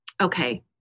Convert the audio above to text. Okay